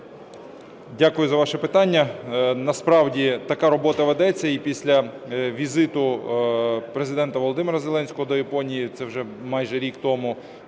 Дякую за ваше питання. Насправді така робота ведеться, і після візиту Президента Володимира Зеленського до Японії, це вже майже рік тому,